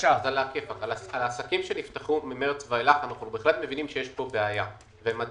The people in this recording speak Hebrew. על העסקים שנפתחו ממרץ ואילך אנחנו בהחלט מבינים שיש בעיה.